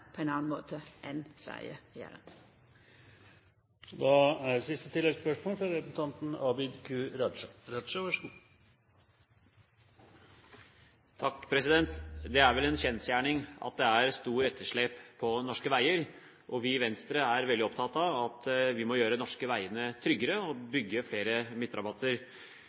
på ein annan måte enn Sverige gjer det. Abid Q. Raja – til oppfølgingsspørsmål. Det er vel en kjensgjerning at det er stort etterslep på norske veier, og vi i Venstre er veldig opptatt av at vi må gjøre de norske veiene tryggere og bygge flere